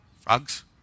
frogs